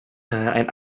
einen